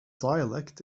dialect